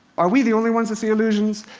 are we the only ones that see illusions?